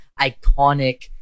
iconic